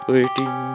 Waiting